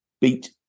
beat